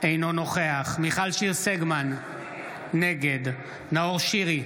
אינו נוכח מיכל שיר סגמן, נגד נאור שירי,